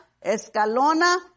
Escalona